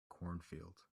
cornfield